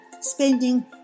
spending